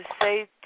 say